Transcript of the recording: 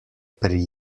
pri